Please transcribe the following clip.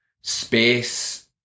space